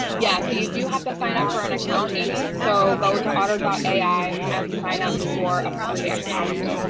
yeah, so you do have to sign up for an account amy. so go to otter but ai and sign up for a free account.